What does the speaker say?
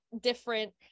different